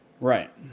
Right